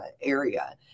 area